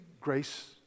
grace